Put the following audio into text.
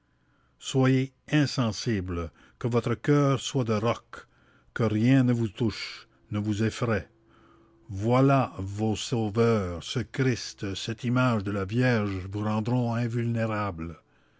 soyez insensible que votre coeur soit de roc que rien ne vous touche ne vous effraye voilà vos sauveurs ce christ cette image de la vierge vous rendront invulnérable